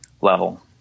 level